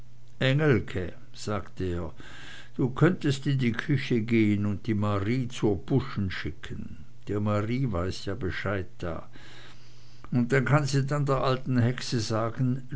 engelke sagte er du könntest in die küche gehn und die marie zur buschen schicken die marie weiß ja bescheid da und da kann sie denn der alten hexe sagen